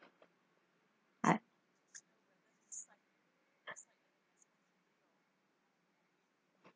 at